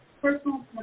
personal